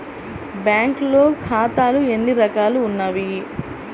బ్యాంక్లో ఖాతాలు ఎన్ని రకాలు ఉన్నావి?